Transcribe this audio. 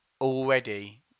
already